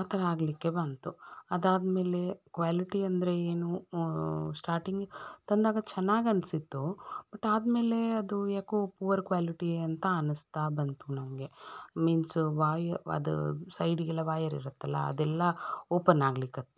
ಆ ಥರ ಆಗಲಿಕ್ಕೆ ಬಂತು ಅದು ಆದ ಮೇಲೆ ಕ್ವ್ಯಾಲಿಟಿ ಅಂದರೆ ಏನು ಸ್ಟಾಟಿಂಗ್ ತಂದಾಗ ಚೆನ್ನಾಗಿ ಅನಿಸಿತ್ತು ಬಟ್ ಆದ ಮೇಲೆ ಅದು ಯಾಕೋ ಪುವರ್ ಕ್ವ್ಯಾಲಿಟಿ ಅಂತ ಅನ್ನಿಸ್ತಾ ಬಂತು ನಮಗೆ ಮೀನ್ಸು ವಾಯ ಅದು ಸೈಡಿಗೆಲ್ಲ ವಾಯರ್ ಇರತ್ತಲ್ಲ ಅದೆಲ್ಲ ಓಪನ್ ಆಗ್ಲಿಕ್ಕತ್ತು